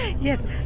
Yes